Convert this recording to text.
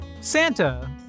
Santa